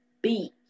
beach